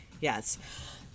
Yes